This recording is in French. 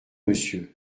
monsieur